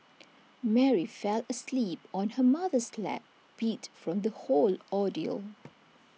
Mary fell asleep on her mother's lap beat from the whole ordeal